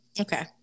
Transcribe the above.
Okay